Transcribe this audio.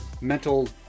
mental